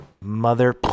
mother